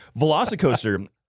Velocicoaster